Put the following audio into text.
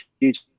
huge